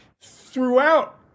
throughout